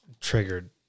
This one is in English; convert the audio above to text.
triggered